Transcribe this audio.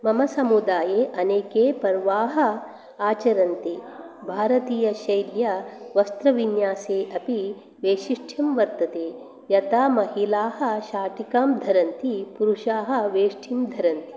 मम समुदाये अनेके पर्वाः आचरन्ति भारतीयशैल्या वस्त्रविन्यासे अपि वैशिष्ठ्यं वर्तते यथा महिलाः शाटिकां धरन्ति पुरुषाः वेष्ठिं धरन्ति